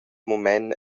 mument